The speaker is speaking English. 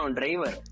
driver